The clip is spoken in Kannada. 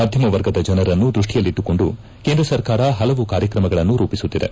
ಮಧ್ಯಮ ವರ್ಗದ ಜನರನ್ನು ದೃಷ್ಲಿಯಲ್ಲಿಟ್ಲುಕೊಂಡು ಕೇಂದ್ರ ಸರ್ಕಾರ ಪಲವು ಕಾರ್ಯಕ್ರಮಗಳನ್ನು ರೂಪಿಸುತ್ತಿದೆ